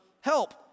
help